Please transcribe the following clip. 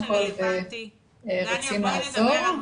שרלבנטי --- אנחנו כמובן --- הכל ורוצים לעזור.